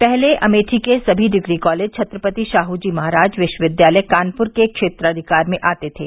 पहले अमेठी के सभी डिग्री कॉलेज छत्रपति शाहू जी महाराज विश्वविद्यालय कानपुर के क्षेत्राधिकार में आते थे